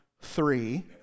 three